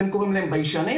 אתם קוראים להם ביישנים,